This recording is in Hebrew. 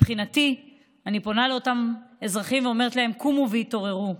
מבחינתי אני פונה לאותם אזרחים ואומרת להם: קומו והתעוררו,